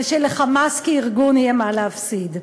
ושל"חמאס" כארגון יהיה מה להפסיד.